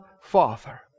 Father